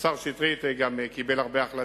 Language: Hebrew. השר שטרית קיבל גם החלטות,